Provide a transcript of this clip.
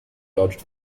dodged